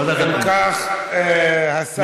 אם כך, סגן השר וכולם מסכימים.